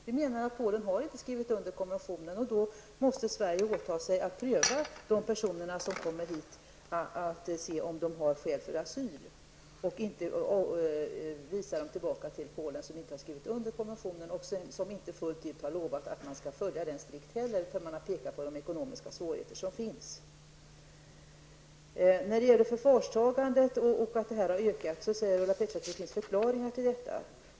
Vi menar att Polen inte har skrivit under konventionen, och då måste Sverige åta sig att göra en prövning för de personer som har kommit hit för att se om de har skäl för att få asyl och inte avvisa dem dirket tillbaka till Polen. Landet har inte skrivit på konventionen och har inte fullt ut lovat att följa den strikt. Man har pekat på de ekonomiska svårigheter som finns i landet. När det gäller det ökade antalet förvarstagna barn säger Ulla Pettersson att det finns förklaringar till detta.